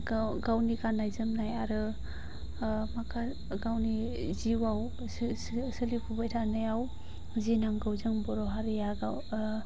गाव गावनि गान्नाय जोमनाय आरो माखासे गावनि जिउआव सो सो सोलिफुबाय थानायाव जि नांगौ जों बर' हारिया गाव